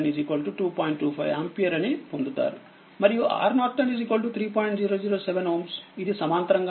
ఇది సమాంతరంగా ఉంటుంది మరియు iN VThRTh